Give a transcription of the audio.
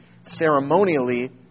ceremonially